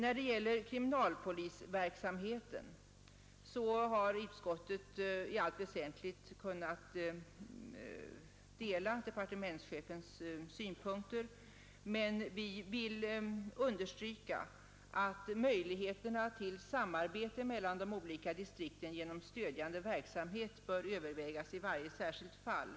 I fråga om kriminalpolisverksamheten har utskottet i allt väsentligt kunnat dela departementschefens synpunkter, men vi vill understryka att möjligheterna till samarbete mellan de olika distrikten genom stödjande verksamhet bör övervägas i varje särskilt fall.